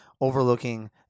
overlooking